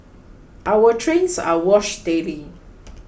our trains are washed daily